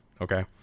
Okay